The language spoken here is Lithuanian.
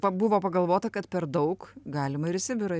pa buvo pagalvota kad per daug galima ir į sibirą